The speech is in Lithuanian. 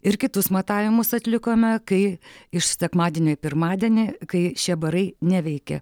ir kitus matavimus atlikome kai iš sekmadienio į pirmadienį kai šie barai neveikė